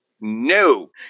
no